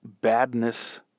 badness